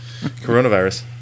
coronavirus